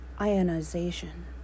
Ionization